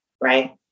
right